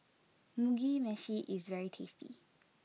Mugi Meshi is very tasty